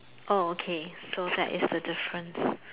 oh okay so that is the difference